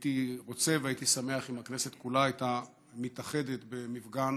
הייתי רוצה והייתי שמח אם הכנסת כולה הייתה מתאחדת במפגן